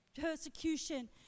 persecution